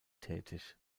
tätig